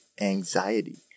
Anxiety